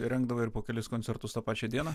rengdavai ir po kelis koncertus tą pačią dieną